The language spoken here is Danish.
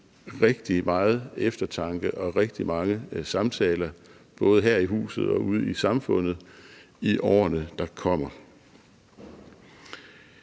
rigtig meget eftertanke og rigtig mange samtaler, både her i huset og ude i samfundet i årene, der kommer.